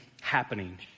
happening